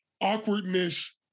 awkwardness